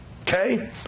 okay